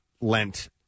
Lent